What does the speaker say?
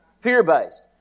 Fear-based